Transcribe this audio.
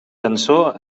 cançó